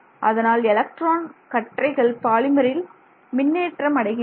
அதனால் எலக்ட்ரான் கற்றைகள் பாலிமரில் மின்னேற்றம் அடைகின்றன